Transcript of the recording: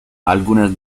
algunas